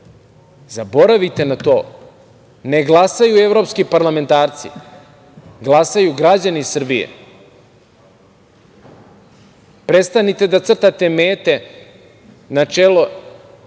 Zaboravite na to. Ne glasaju evropski parlamentarci, glasaju građani Srbije. Prestanite da crtate mete na čelo